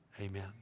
Amen